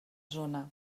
zona